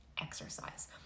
exercise